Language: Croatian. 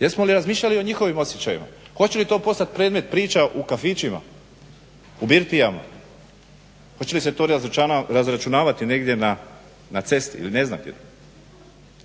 jesmo li razmišljali o njihovim osjećajima. Hoće li to postat predmet priča u kafićima, u birtijama, hoće li se to razračunavati negdje na cesti ili ne znam gdje.